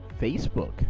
Facebook